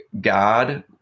God